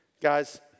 Guys